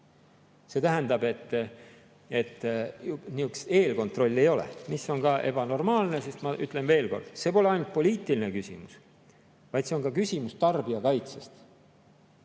See tähendab, et eelkontrolli ei ole, mis on ebanormaalne, sest ma ütlen veel kord, see pole ainult poliitiline küsimus, vaid see on ka tarbijakaitse